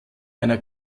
einer